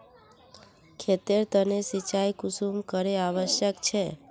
खेतेर तने सिंचाई कुंसम करे आवश्यक छै?